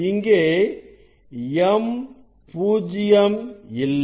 இங்கே m பூஜ்ஜியம் இல்லை